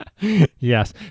Yes